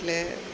એટલે